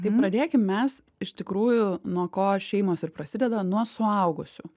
tai pradėkim mes iš tikrųjų nuo ko šeimos ir prasideda nuo suaugusių